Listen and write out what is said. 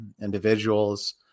individuals